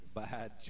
bad